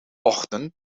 ochtend